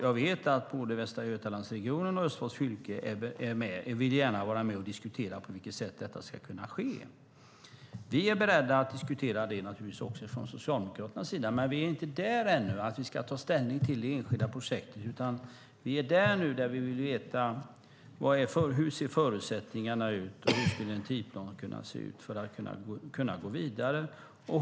Jag vet att både Västra Götalandsregionen och Østfold Fylke gärna vill vara med och diskutera på vilket sätt detta arbete kan ske. Socialdemokraterna är beredda att diskutera frågan, men vi är inte där än att ta ställning till det enskilda projektet. Vi vill nu veta hur förutsättningarna ser ut och hur en tidsplan kan se ut för att gå vidare.